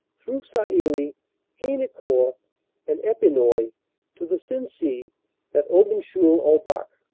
through sailly, haynecourt and epinoy to the sensee at aubencheul-au-bac.